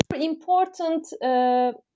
important